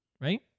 right